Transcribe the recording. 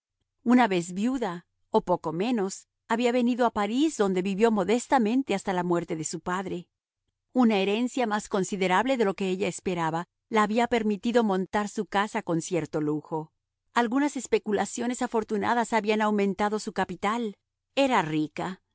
una vez viuda o poco menos había venido a parís donde vivió modestamente hasta la muerte de su padre una herencia más considerable de lo que ella esperaba la había permitido montar su casa con cierto lujo algunas especulaciones afortunadas habían aumentado su capital era rica